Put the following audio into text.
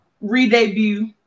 re-debut